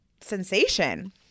sensation